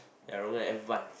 and Rong En advanced